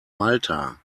malta